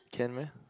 can meh